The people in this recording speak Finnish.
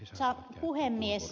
arvoisa puhemies